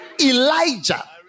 Elijah